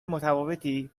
متفاوتی